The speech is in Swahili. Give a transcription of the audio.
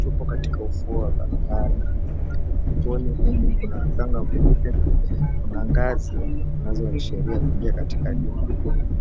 Tupo katika ufuo wa bahari. Ufuoni humu kuna mchanga mweupe. Kuna ngazi zinazoashiria kuingia katika jumba.